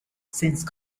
since